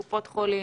קופות חולים,